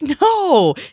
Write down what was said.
no